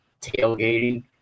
tailgating